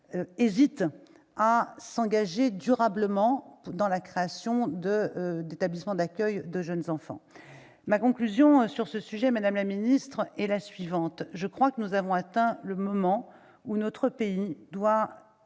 hésitant à s'engager durablement dans la création d'établissements d'accueil de jeunes enfants. Sur ce sujet, ma conclusion, madame la ministre, est la suivante : je crois que nous sommes arrivés au moment où notre pays doit